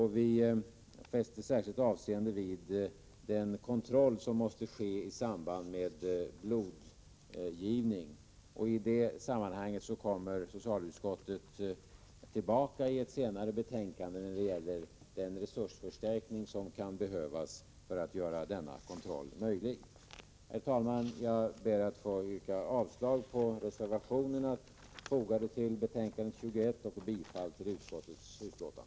Vi fäster särskilt avseende vid den kontroll som måste ske i samband med blodgivning. Socialutskottet kommer tillbaka med ett nytt betänkande när det gäller den resursförstärkning som kan behövas för att göra denna kontroll möjlig. Herr talman! Jag ber att få yrka avslag på reservationerna fogade till betänkande 21 och bifall till utskottets hemställan.